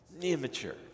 immature